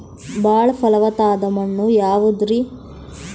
ಬಾಳ ಫಲವತ್ತಾದ ಮಣ್ಣು ಯಾವುದರಿ?